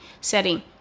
setting